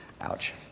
Ouch